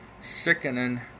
sickening